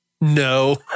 No